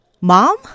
Mom